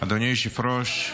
--- אדוני היושב-ראש,